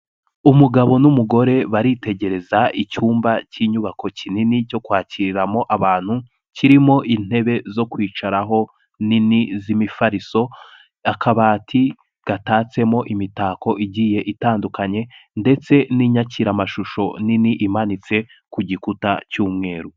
Umugabo n'umugore baritegereza icyumba cy'inyubako kinini cyo kwakiriramo abantu, kirimo intebe zo kwicaraho nini z'imifariso, akabati gatatsemo imitako igiye itandukanye ndetse n'inyakiramashusho nini imanitse ku gikuta cy'umweru.